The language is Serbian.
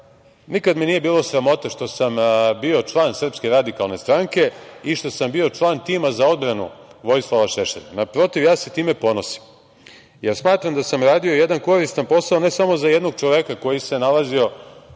Nikada me nije bilo sramota što sam bio član SRS i što sam bio član tima za odbranu Vojislava Šešelja. Naprotiv, ja se time ponosim, jer smatram da sam radio jedan koristan posao ne samo za jednog čoveka koji se nalazio